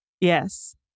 yes